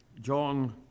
John